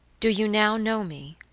do you now know me